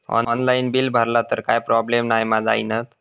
Online bill भरला तर काय प्रोब्लेम नाय मा जाईनत?